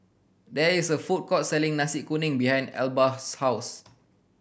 there is a food court selling Nasi Kuning behind Elba's house